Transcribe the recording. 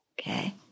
Okay